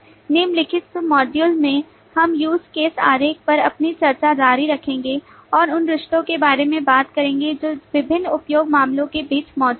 निम्नलिखित मॉड्यूल में हम use case आरेख पर अपनी चर्चा जारी रखेंगे और उन रिश्तों के बारे में बात करेंगे जो विभिन्न उपयोग मामलों के बीच मौजूद हैं